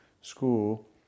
school